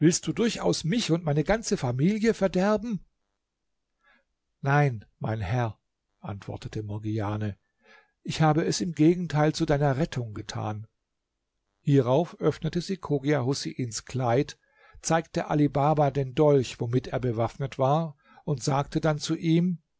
du durchaus mich und mein ganze familie verderben nein mein herr antwortete morgiane ich habe es im gegenteil zu deiner rettung getan hierauf öffnete sie chogia huseins kleid zeigte ali baba den dolch womit er bewaffnet war und sagte dann zu ihm